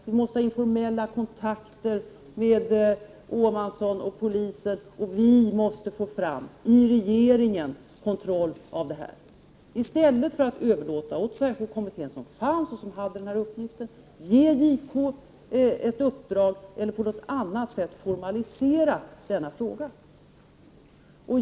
Vi måste ha informella kontakter med Åhmansson och polisen och vi måste i regeringen få fram kontroll av detta — i stället för att överlåta detta åt säpokommittén, som hade denna uppgift, eller ge JK i uppdrag eller på annat sätt formalisera denna fråga.